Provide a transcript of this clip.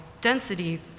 density